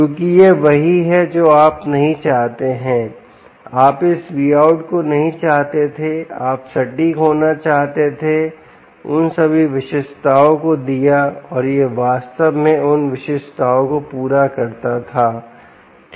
क्योंकि यह वही है जो आप नहीं चाहते हैं आप इस Vout को नहीं चाहते थे आप सटीक होना चाहते थे उन सभी विशिष्टताओं को दिया और यह वास्तव में उन विशिष्टताओं को पूरा करता था ठीक